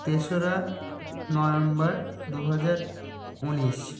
তেসরা নভেম্বর দু হাজার উনিশ